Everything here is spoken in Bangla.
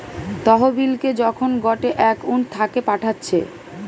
তহবিলকে যখন গটে একউন্ট থাকে পাঠাচ্ছে